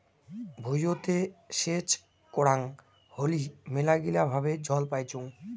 ভুঁইতে সেচ করাং হলি মেলাগিলা ভাবে জল পাইচুঙ